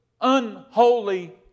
unholy